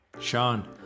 sean